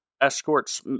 escorts